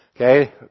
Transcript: Okay